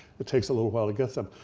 it takes a little while to get them,